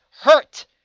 hurt